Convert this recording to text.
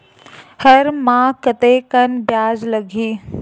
हर माह कतेकन ब्याज लगही?